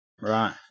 right